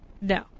No